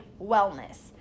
Wellness